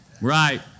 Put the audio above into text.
right